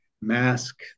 mask